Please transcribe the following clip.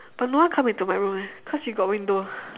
but no one come into my room leh cause you got window